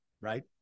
right